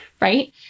right